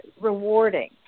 rewarding